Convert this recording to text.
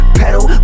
pedal